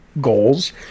goals